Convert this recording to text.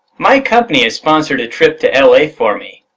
my company has sponsored a trip to l a for me.